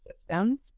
systems